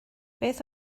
beth